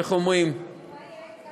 איך אומרים, מה יהיה?